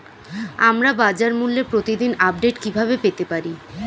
আমরা বাজারমূল্যের প্রতিদিন আপডেট কিভাবে পেতে পারি?